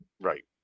right